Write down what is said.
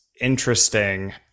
interesting